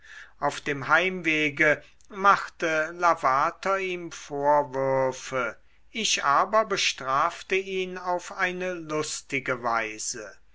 auf dem heimwege machte lavater ihm vorwürfe ich aber bestrafte ihn auf eine lustige weise